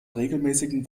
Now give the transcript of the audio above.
regelmäßigen